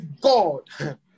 god